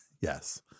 Yes